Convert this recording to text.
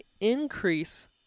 increase